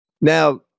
Now